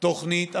תוכנית עבודה.